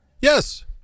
Yes